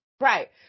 Right